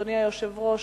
אדוני היושב-ראש,